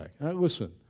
listen